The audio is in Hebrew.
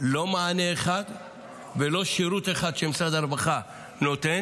בעקבות הקיצוץ מענה אחד ולא שירות אחד שמשרד הרווחה נותן.